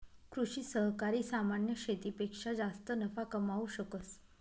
कृषि सहकारी सामान्य शेतीपेक्षा जास्त नफा कमावू शकस